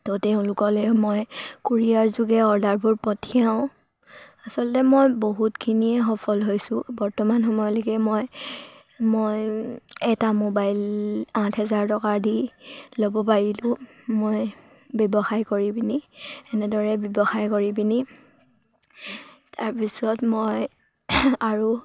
ত' তেওঁলোকলৈ মই কুৰিয়াৰ যোগে অৰ্ডাৰবোৰ পঠিয়াওঁ আচলতে মই বহুতখিনিয়ে সফল হৈছোঁ বৰ্তমান সময়লৈকে মই মই এটা মোবাইল আঠ হেজাৰ টকা দি ল'ব পাৰিলোঁ মই ব্যৱসায় কৰি পিনি এনেদৰে ব্যৱসায় কৰি পিনি তাৰপিছত মই আৰু